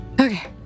Okay